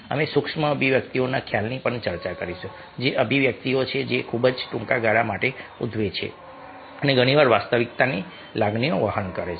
અમે સૂક્ષ્મ અભિવ્યક્તિઓના ખ્યાલની પણ ચર્ચા કરીશું જે અભિવ્યક્તિઓ છે જે ખૂબ જ ટૂંકા ગાળા માટે ઉદ્ભવે છે અને ઘણી વાર વાસ્તવિક લાગણીઓ વહન કરે છે